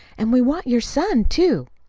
and we want your son, too.